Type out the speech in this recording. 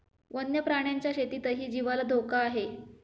वन्य प्राण्यांच्या शेतीतही जीवाला धोका आहे